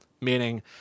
Meaning